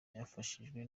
yafashijwe